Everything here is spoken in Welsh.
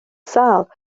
sâl